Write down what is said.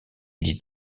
dit